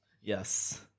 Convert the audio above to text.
Yes